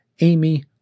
Amy